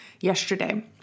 yesterday